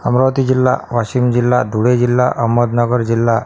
अमरावती जिल्हा वाशिम जिल्हा धुळे जिल्हा अहमदनगर जिल्हा